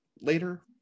later